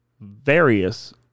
various